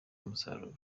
umusaruro